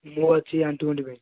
ମୁଁ ଅଛି ଆଣ୍ଠୁ ଗଣ୍ଠି ପାଇଁ